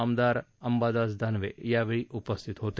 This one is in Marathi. आमदार अंबादास दानवे यावेळी उपस्थित होते